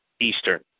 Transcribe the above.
Eastern